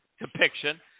depiction